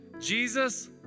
Jesus